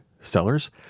sellers